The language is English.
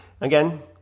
again